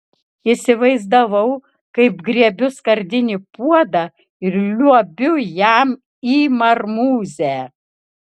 įsivaizdavau kaip griebiu skardinį puodą ir liuobiu jam į marmūzę